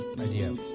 idea